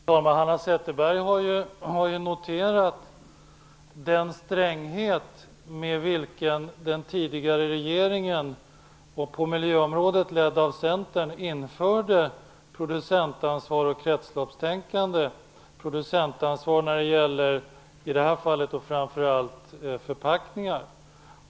Fru talman! Hanna Zetterberg har noterat den stränghet med vilken den tidigare regeringen, på miljöområdet ledd av Centern, införde producentansvar - i detta fall framför allt när det gäller förpackningar - och kretsloppstänkande.